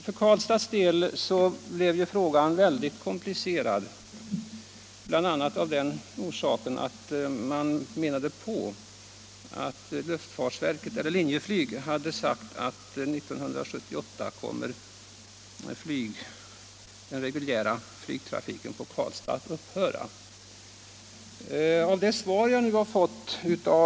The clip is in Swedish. För Karlstads del blev frågan särskilt komplicerad bl.a. av den orsaken att Linjeflyg meddelade att den reguljära flygtrafiken på Karlstad skulle upphöra 1978.